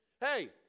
hey